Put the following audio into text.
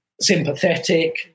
Sympathetic